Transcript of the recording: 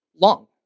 long